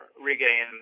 regain